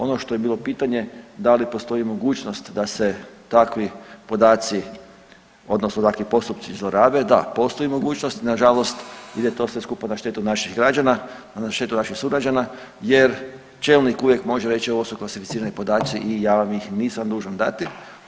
Ono što je bilo pitanje da li postoji mogućnost da se takvi podaci odnosno takvi postupci zlorabe, da postoji mogućnost nažalost il je to sve skupa na štetu naših građana, na štetu naših sugrađana jer čelnik uvijek može reći ovo su klasificirani podaci i ja vam ih nisam dužan dati.